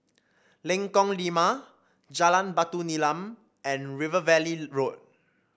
Lengkong Lima Jalan Batu Nilam and River Valley Road